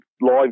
live